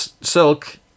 Silk